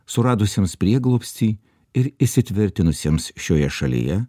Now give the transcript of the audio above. suradusiems prieglobstį ir įsitvirtinusiems šioje šalyje